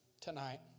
tonight